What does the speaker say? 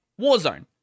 Warzone